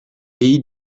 pays